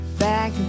back